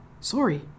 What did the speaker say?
sorry